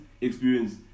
experience